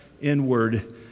inward